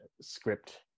script